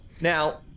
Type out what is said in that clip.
Now